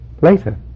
Later